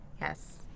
Yes